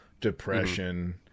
depression